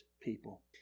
people